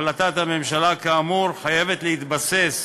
החלטת הממשלה כאמור חייבת להתבסס